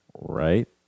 right